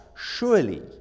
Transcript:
surely